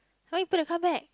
how you gonna come back